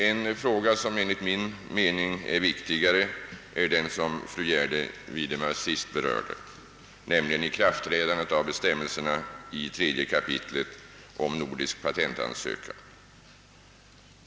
En fråga som enligt min mening är viktigare är den som fru Gärde Widemar sist berörde, nämligen ikraftträ dandet av bestämmelserna i 3 kap. om nordisk patentansökan.